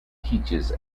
teaches